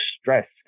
stress